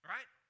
Right